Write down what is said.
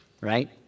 right